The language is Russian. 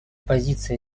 позиция